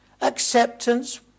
acceptance